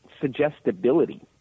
suggestibility